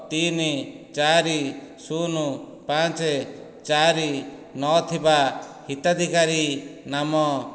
ତିନି ଚାରି ଶୂନ ପାଞ୍ଚ ଚାରି ନଅ ଥିବା ହିତାଧିକାରୀ ନାମ